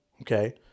okay